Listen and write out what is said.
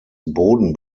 boden